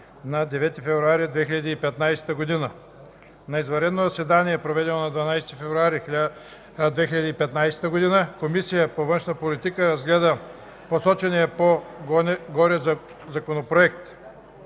на 9 февруари 2015 г. На извънредно заседание, проведено на 12 февруари 2015 г., Комисията по външна политика разгледа посочения по-горе Законопроект.